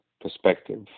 perspective